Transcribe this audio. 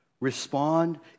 respond